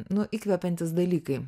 nu įkvepiantys dalykai